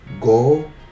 go